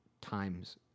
times